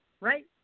Right